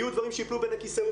יהיו דברים שיפלו בין הכיסאות,